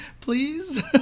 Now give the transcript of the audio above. Please